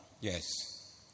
Yes